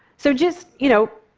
so just, you know,